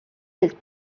was